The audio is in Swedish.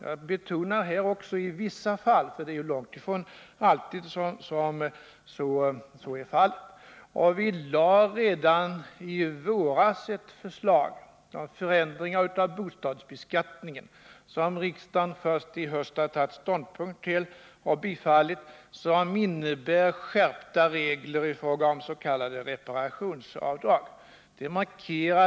Jag vill också betona orden ”i vissa fall”, eftersom det långtifrån alltid blir sådana effekter. Vi lade redan i våras fram ett förslag om förändringar av bostadsbeskattningen, som riksdagen först i höst har tagit ställning till och som innebär skärpta regler i fråga oms.k. reparationsavdrag.